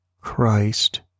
Christ